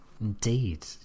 indeed